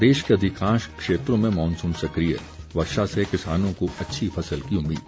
प्रदेश के अधिकांश क्षेत्रों में मॉनसून सक्रिय वर्षा से किसानों को अच्छी फसल की उम्मीद